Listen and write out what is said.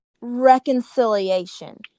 reconciliation